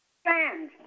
stand